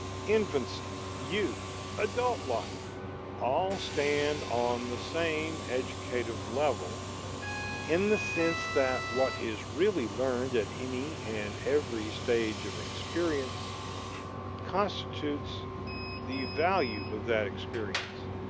infancy, youth, adult life all stand on the same educative level in the sense that what is really learned at any and every stage of experience constitutes the value of that experience,